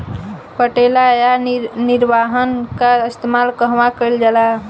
पटेला या निरावन का इस्तेमाल कहवा कइल जाला?